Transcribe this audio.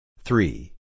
Three